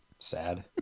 Sad